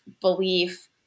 belief